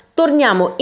torniamo